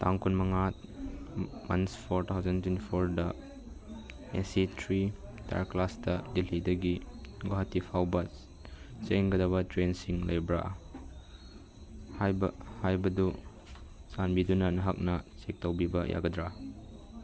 ꯇꯥꯡ ꯀꯨꯟꯃꯉꯥ ꯃꯟꯁ ꯐꯣꯔ ꯇꯨ ꯊꯥꯎꯖꯟ ꯇ꯭ꯋꯦꯟꯇꯤ ꯐꯣꯔꯗ ꯑꯦ ꯁꯤ ꯊ꯭ꯔꯤ ꯊꯥꯔ ꯀ꯭ꯂꯥꯁꯇ ꯗꯦꯜꯂꯤꯗꯒꯤ ꯒꯨꯍꯥꯇꯤ ꯐꯥꯎꯕ ꯆꯦꯟꯒꯗꯕ ꯇ꯭ꯔꯦꯟꯁꯤꯡ ꯂꯩꯕ꯭ꯔꯥ ꯍꯥꯏꯕꯗꯨ ꯆꯥꯟꯕꯤꯗꯨꯅ ꯅꯍꯥꯛꯅ ꯆꯦꯛ ꯇꯧꯕꯤꯕ ꯌꯥꯒꯗ꯭ꯔꯥ